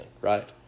right